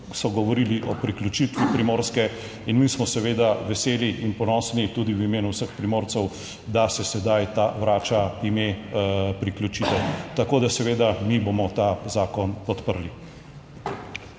so govorili o priključitvi Primorske in mi smo seveda veseli in ponosni tudi v imenu vseh Primorcev, da se sedaj ta vrača, ime priključitev. Tako da seveda, mi bomo ta zakon podprli.